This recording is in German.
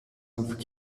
auf